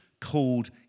called